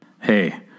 hey